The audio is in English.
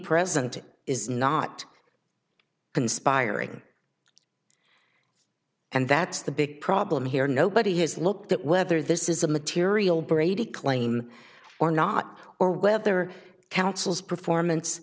present is not conspiring and that's the big problem here nobody has looked at whether this is a material brady claim or not or whether counsel's performance